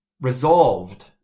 Resolved